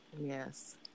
Yes